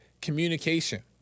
Communication